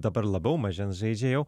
dabar labiau mažens žaidžia jau